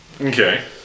Okay